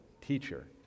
Teacher